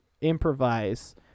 improvise